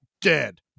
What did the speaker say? dead